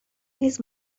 نیز